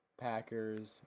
Packers